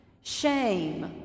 Shame